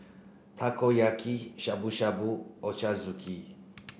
Takoyaki Shabu Shabu Ochazuke